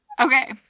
okay